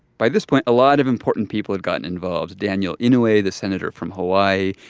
by this point, a lot of important people had gotten involved daniel inouye, the senator from hawaii,